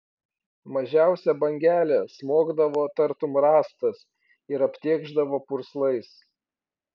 mažiausia bangelė smogdavo tartum rąstas ir aptėkšdavo purslais